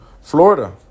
Florida